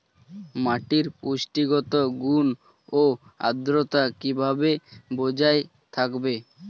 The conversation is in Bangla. মাটির পুষ্টিগত গুণ ও আদ্রতা কিভাবে বজায় থাকবে?